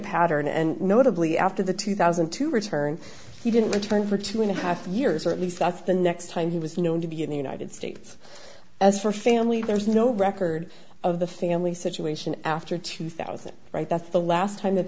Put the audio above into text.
pattern and notably after the two thousand and two return he didn't return for two and a half years or at least that's the next time he was known to be in the united states as for family there's no record of the family situation after two thousand right that's the last time that